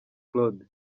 claude